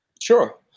Sure